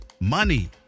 money